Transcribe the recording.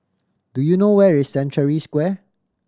do you know where is Century Square